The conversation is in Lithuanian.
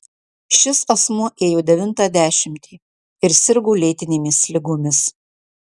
šis asmuo ėjo devintą dešimtį ir sirgo lėtinėmis ligomis